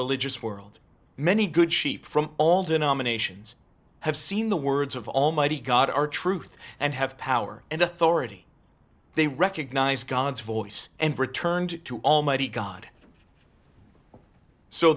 religious world many good sheep from all denominations have seen the words of almighty god are truth and have power and authority they recognize god's voice and returned to almighty god so